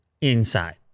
inside